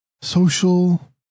social